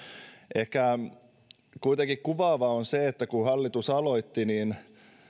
ehkä kuitenkin kuvaavaa on se että kun hallitus aloitti niin